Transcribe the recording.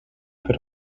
per